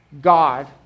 God